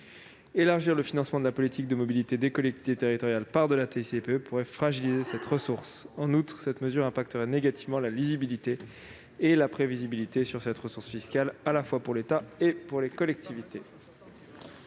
Élargir le financement de la politique de mobilité des collectivités territoriales par le biais de la TICPE pourrait fragiliser cette ressource. En outre, une telle mesure nuirait à la lisibilité et à la prévisibilité de cette ressource fiscale, à la fois pour l'État et pour les collectivités.